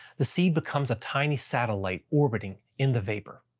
the seed becomes a tiny satellite orbiting in the vapor.